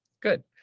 Good